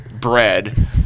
bread